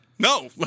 No